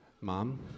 Mom